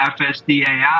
FSDAI